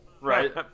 Right